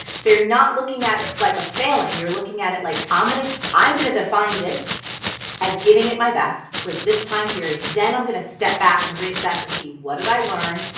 so you're not looking at it like a failing. you're looking at it like, um ah i'm going to define this as giving it my best for this time period. then i'm going to step back and reassess and see what did i learn?